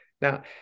Now